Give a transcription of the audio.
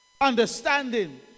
understanding